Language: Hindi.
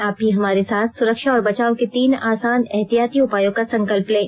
आप भी हमारे साथ सुरक्षा और बचाव के तीन आसान एहतियाती उपायों का संकल्प लें